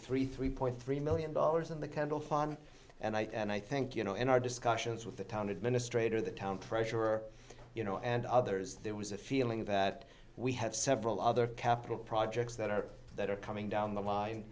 three three point three million dollars in the candle fon and i think you know in our discussions with the town administrator the town treasurer you know and others there was a feeling that we had several other capital projects that are that are coming down the line